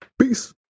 Peace